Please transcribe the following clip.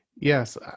Yes